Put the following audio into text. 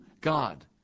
God